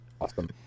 Awesome